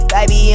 Baby